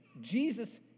Jesus